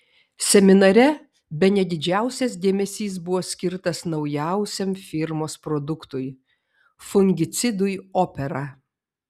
seminare bene didžiausias dėmesys buvo skirtas naujausiam firmos produktui fungicidui opera